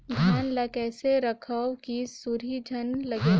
धान ल कइसे रखव कि सुरही झन लगे?